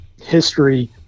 history